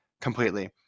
completely